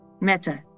Meta